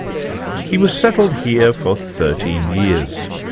he was settled here for thirteen years.